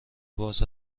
باز